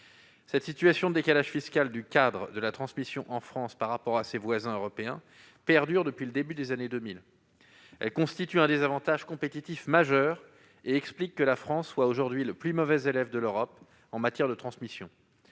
Cette situation de décalage fiscal du cadre de la transmission entre la France et ses voisins européens perdure depuis le début des années 2000. Elle constitue un désavantage compétitif majeur qui explique que la France soit aujourd'hui le plus mauvais élève de l'Europe en matière de transmission